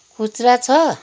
खुद्रा छ